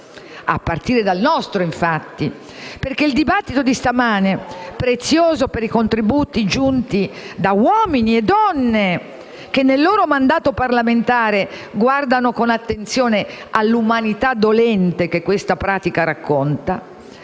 a partire dal nostro. Il dibattito di stamane, prezioso per i contributi giunti da uomini e donne, che nel loro mandato parlamentare guardano con attenzione all'umanità dolente che questa pratica racconta,